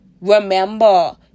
Remember